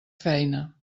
feina